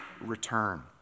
return